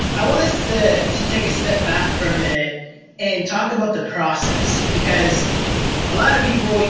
i want us ah to take a step back for a minute and talk about the process, because a lot of people,